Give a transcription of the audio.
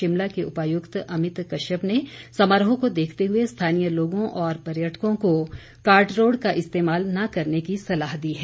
शिमला के उपायुक्त अमित कश्यप ने समारोह को देखते हुए स्थानीय लोगों और पर्यटकों को कार्ट रोड का इस्तेमाल न करने की सलाह दी है